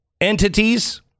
entities